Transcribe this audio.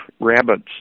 rabbits